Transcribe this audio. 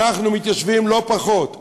אנחנו מתיישבים לא פחות,